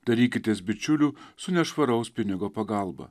darykitės bičiulių su nešvaraus pinigo pagalba